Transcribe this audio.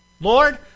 Lord